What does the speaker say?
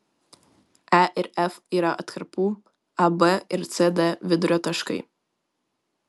e ir f yra atkarpų ab ir cd vidurio taškai